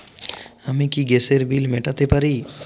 আমি কি গ্যাসের বিল মেটাতে পারি?